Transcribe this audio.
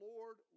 Lord